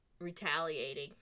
retaliating